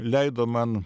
leido man